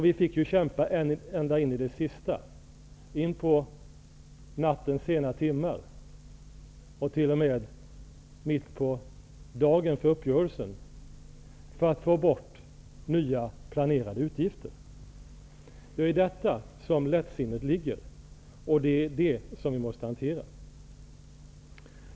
Vi fick ju kämpa ända in i det sista -- in på nattens sena timmar och t.o.m. in på dagen för uppgörelsen -- för att få bort nya planerade utgifter. Det är i detta som lättsinnet ligger, och det är det som vi måste hantera.